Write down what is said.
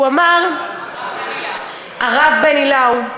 הוא אמר, הרב בני לאו.